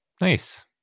Nice